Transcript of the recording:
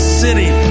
city